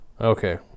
Okay